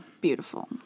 beautiful